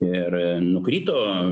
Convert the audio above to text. ir nukrito